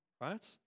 right